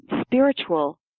spiritual